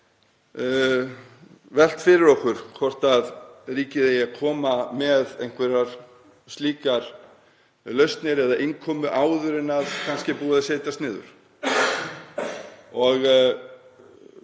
velt fyrir okkur hvort ríkið eigi að koma með einhverjar slíkar lausnir eða innkomu áður en kannski er búið að setjast niður.